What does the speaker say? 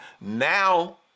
now